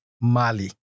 Mali